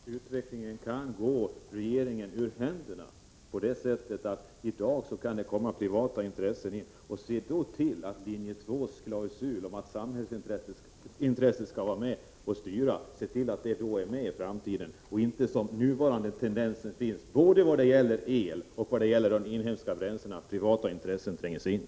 Fru talman! Jag vill bara påminna om att utvecklingen kan gå regeringen ur händerna på det sättet att det kan komma in privata intressen. Se då till att linje 2:s klausul om att samhällsintresset skall vara med och styra också är med i bilden i framtiden. Man skall stävja den nuvarande tendensen att privata intressen tränger sig in både vad det gäller el och vad det gäller de inhemska bränslena.